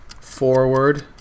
forward